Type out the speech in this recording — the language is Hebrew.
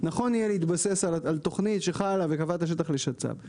נכון יהיה להתבסס על תוכנית שחלה וקבעה את השטח לשצ"פ.